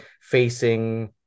facing